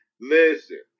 Listen